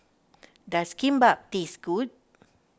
does Kimbap taste good